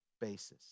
basis